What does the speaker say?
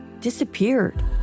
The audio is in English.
disappeared